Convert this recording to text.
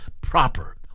proper